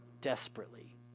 desperately